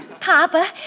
Papa